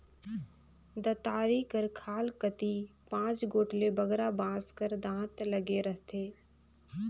दँतारी कर खाल कती पाँच गोट ले बगरा बाँस कर दाँत लगे रहथे